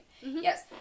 yes